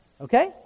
okay